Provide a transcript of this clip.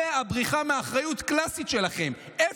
זו הבריחה הקלאסית שלכם מאחריות.